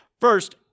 first